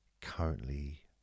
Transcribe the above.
currently